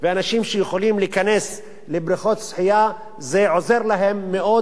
ואנשים שיכולים להיכנס לבריכות שחייה זה עוזר להם מאוד,